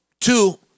Two